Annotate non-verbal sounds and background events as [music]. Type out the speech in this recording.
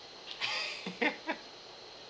[laughs]